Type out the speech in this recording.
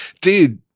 Dude